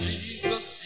Jesus